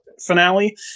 finale